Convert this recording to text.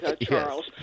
Charles